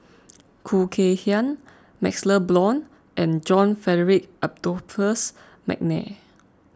Khoo Kay Hian MaxLe Blond and John Frederick Adolphus McNair